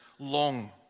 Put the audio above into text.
long